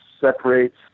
separates